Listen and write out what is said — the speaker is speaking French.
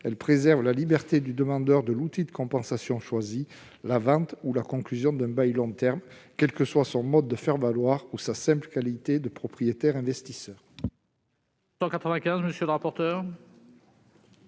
elle préserve la liberté du demandeur de l'outil de compensation choisi- la vente ou la conclusion d'un bail long terme -, quel que soit son mode de faire valoir ou en simple qualité de propriétaire investisseur.